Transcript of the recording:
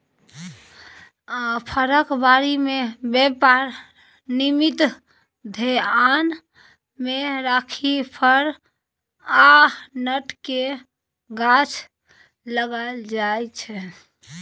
फरक बारी मे बेपार निमित्त धेआन मे राखि फर आ नट केर गाछ लगाएल जाइ छै